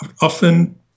often